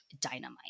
dynamite